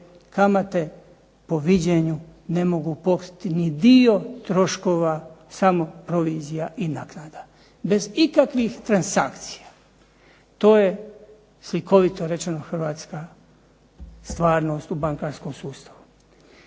kamate po viđenju ne mogu pokriti ni dio troškova samo provizija i naknada. Bez ikakvih transakcija. To je slikovito rečeno hrvatska stvarnost u bankarskom sustavu.